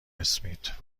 اسمیت